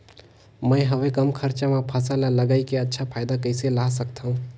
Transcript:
मैं हवे कम खरचा मा फसल ला लगई के अच्छा फायदा कइसे ला सकथव?